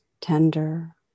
tender